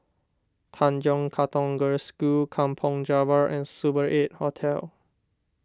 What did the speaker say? Tanjong Katong Girls' School Kampong Java and Super eight Hotel